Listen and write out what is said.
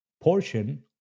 portion